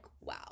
wow